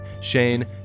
Shane